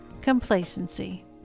complacency